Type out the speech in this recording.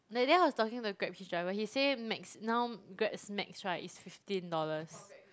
that day I was talking to Grabhitch driver he say max now Grab's max [right] is fifteen dollars